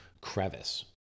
crevice